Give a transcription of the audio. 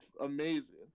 amazing